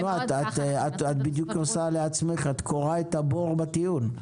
את כורה את הבור בטיעון.